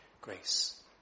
grace